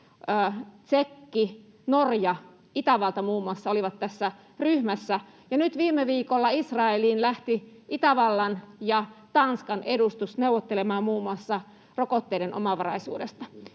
Tšekki, Norja, Itävalta muun muassa olivat tässä ryhmässä, ja nyt viime viikolla Israeliin lähti Itävallan ja Tanskan edustus neuvottelemaan muun muassa rokotteiden omavaraisuudesta.